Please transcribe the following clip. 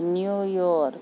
New York